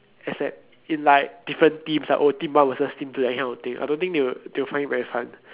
like different teams ah oh team one versus team two that kind of thing I don't think they they will find it very fun